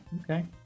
okay